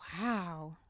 Wow